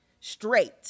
Straight